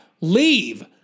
Leave